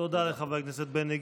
תודה לחבר הכנסת בני גנץ,